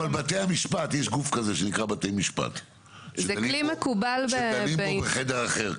יש גוף כזה שנקרא בתי משפט שדנים בו בחדר אחר,